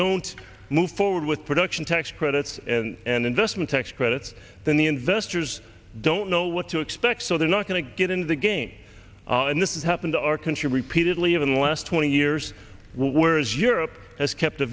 don't move forward with production tax credits and investment tax credit then the investors don't know what to expect so they're not going to get in the game and this has happened to our country repeatedly in the last twenty years whereas europe has kept a